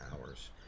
hours